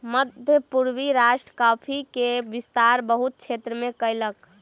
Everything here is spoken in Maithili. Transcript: मध्य पूर्वी राष्ट्र कॉफ़ी के विस्तार बहुत क्षेत्र में कयलक